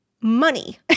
money